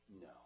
No